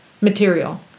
material